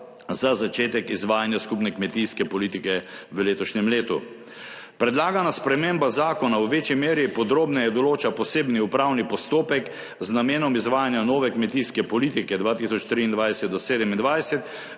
za začetek izvajanja skupne kmetijske politike v letošnjem letu. Predlagana sprememba zakona v večji meri podrobneje določa posebni upravni postopek z namenom izvajanja nove kmetijske politike 2023-2027